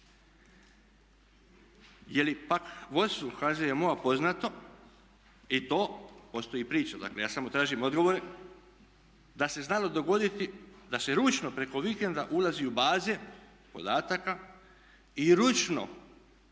HZMO-a poznato i to, postoji priča, dakle ja samo tražim odgovore, da se znalo dogoditi da se ručno preko vikenda ulazi u baze podataka i ručno